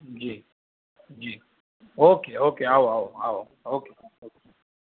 જી જી okay okay આવો આવો આવો ઓકે ઓકે